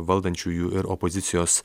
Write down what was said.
valdančiųjų ir opozicijos